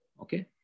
Okay